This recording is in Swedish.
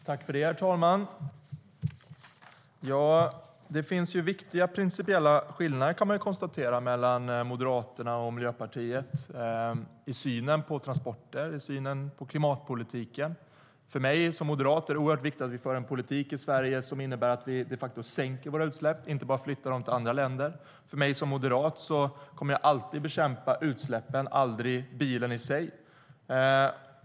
Herr talman! Man kan konstatera att det finns viktiga principiella skillnader mellan Moderaterna och Miljöpartiet i synen på transporter och på klimatpolitiken. För mig som moderat är det oerhört viktigt att vi för en politik i Sverige som innebär att vi de facto sänker våra utsläpp och inte bara flyttar dem till andra länder. Som moderat kommer jag alltid att bekämpa utsläppen, aldrig bilen i sig.